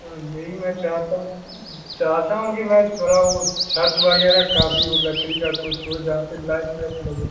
तो यही मैं चाहता हूँ चाहता हूँ कि मैं थोड़ा वो छत वगैरह का भी वो लकड़ी का कुछ हो जहाँ पर लाइट वाइट लगे